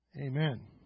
Amen